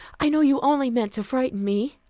i know you only meant to frighten me!